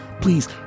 please